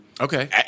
Okay